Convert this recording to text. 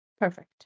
Perfect